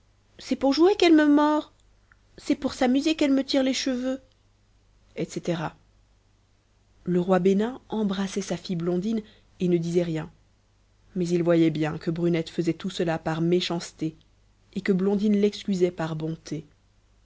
c'est pour jouer qu'elle me mord c'est pour s'amuser qu'elle me tire les cheveux etc le roi bénin embrassait sa fille blondine et ne disait rien mais il voyait bien que brunette faisait tout cela par méchanceté et que blondine l'excusait par bonté